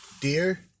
dear